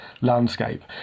landscape